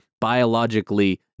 biologically